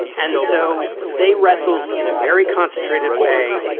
and so they wrestled in a very concentrated way.